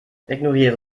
ignoriere